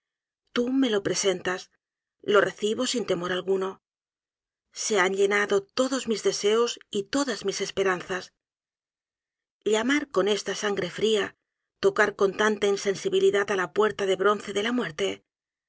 tú me lo presentas lo recibo sin temor alguno se han llenado todos mis deseos y todas mis esperanzas llamar con esta sangre fria tocar con tanta insensibilidad á la puerta de bronce de la muerte